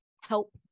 help